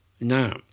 Now